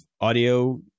audio